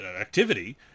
activity